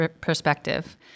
perspective